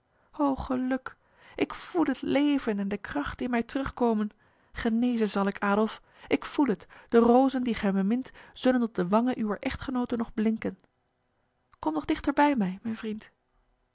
o geluk ik voel het leven en de kracht in mij terugkomen genezen zal ik adolf ik voel het de rozen die gij bemint zullen op de wangen uwer echtgenote nog blinken kom nog dichter bij mij mijn vriend